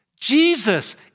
Jesus